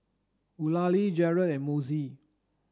Eulalie Jered and Mossie